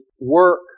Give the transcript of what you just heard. work